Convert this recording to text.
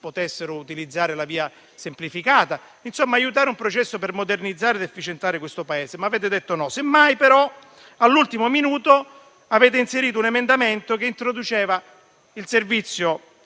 potessero utilizzare la VIA semplificata; insomma, volevamo aiutare ad avviare un processo per modernizzare ed efficientare questo Paese. Ma avete detto di no. Semmai però, all'ultimo minuto, avete inserito un emendamento che introduce